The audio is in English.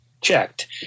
checked